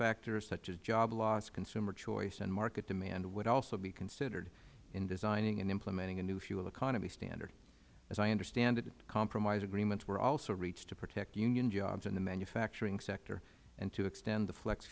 factors such as job loss consumer choice and market demand would also be considered in designing and implementing a new fuel economy standard as i understand it compromise agreements were also reached to protect union jobs in the manufacturing sector and to extend the flex